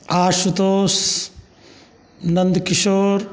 Ashutosh Nandkishore